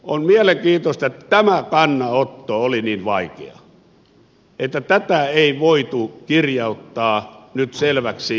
on mielenkiintoista että tämä kannanotto oli niin vaikea että tätä ei voitu kirjauttaa nyt selväksi tahdoksi